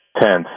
tenth